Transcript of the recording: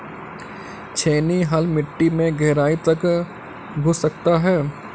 छेनी हल मिट्टी में गहराई तक घुस सकता है